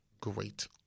great